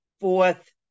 fourth